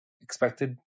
expected